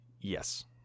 Yes